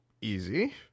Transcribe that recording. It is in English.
easy